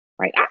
Right